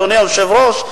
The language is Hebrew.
אדוני היושב-ראש,